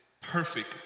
perfect